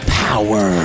power